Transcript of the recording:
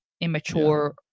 immature